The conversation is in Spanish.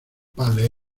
padre